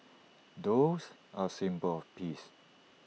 doves are A symbol of peace